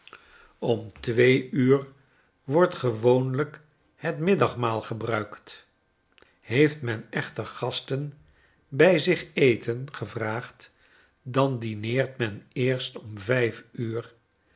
om twee uur wordt gewoonlijk het middagmaal gebruikt heeft men echter gasten bij zich ten eten gevraagd dan dineertmeneerstomvijfuur enop